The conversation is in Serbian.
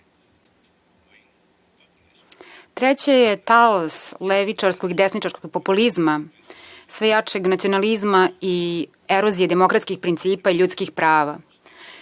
Treće je talas levičarskog i desničarskog populizma, sve jačeg nacionalizma i erozije demokratskih principa i ljudskih prava.